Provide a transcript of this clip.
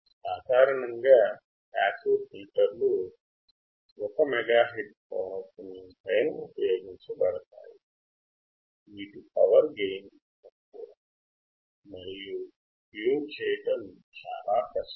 సాధారణంగా పాసివ్ ఫిల్టర్లు 1 megahertz పౌనఃపున్యము పైన ఉపయోగించబడతాయి వీటి పవర్ గెయిన్ తక్కువ మరియు ట్యూన్ చేయడం చాలా కష్టం